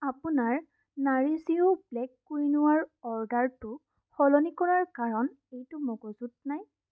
আপোনাৰ nourish you black কুইনোৱাৰ অৰ্ডাৰটো সলনি কৰাৰ কাৰণ এইটো মগজুত নাই